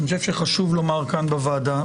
אני חושב שחשוב לומר כאן בוועדה,